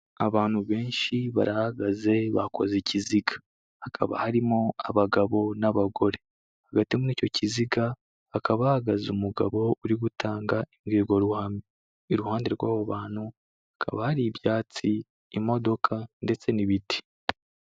Abantu benshi barahagaze bakoze ikiziga, hakaba harimo abagabo n'abagore, hagati muri icyo kiziga, hakaba hahagaze umugabo uri gutanga imbwirwaruhame, iruhande rw'abo bantu hakaba hari ibyatsi, imodoka ndetse n'ibiti.